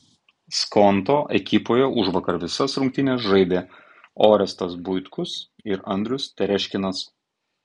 skonto ekipoje užvakar visas rungtynes žaidė orestas buitkus ir andrius tereškinas